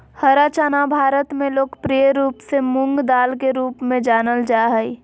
हरा चना भारत में लोकप्रिय रूप से मूंगदाल के रूप में जानल जा हइ